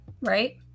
right